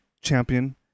champion